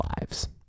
lives